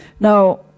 Now